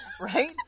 right